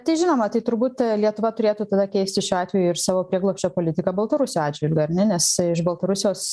tai žinoma tai turbūt lietuva turėtų tada keisti šiuo atveju ir savo prieglobsčio politiką baltarusių atžvilgiu ar ne nes iš baltarusijos